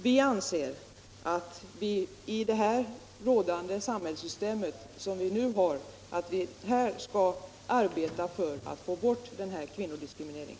Vi anser att vi i det rådande samhällssystemet skall arbeta för att få bort denna kvinnodiskriminering.